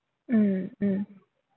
mm mm